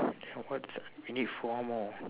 and what we need four more